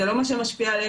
זה לא מה שמשפיע עליהם,